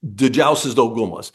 didžiausias daugumas